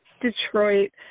Detroit